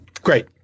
great